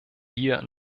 hier